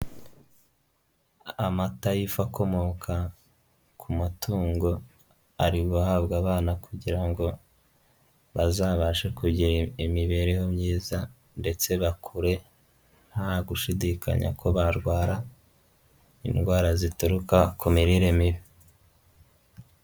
Amata y'ifu akomoka ku matungo ari guhabwa abana kugira ngo bazabashe kugira imibereho myiza ndetse bakure nta gushidikanya ko barwara indwara zituruka ku mirire mibi.